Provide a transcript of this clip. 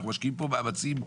אנחנו משקיעים פה מאמצים.